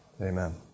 Amen